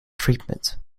treatment